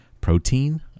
Protein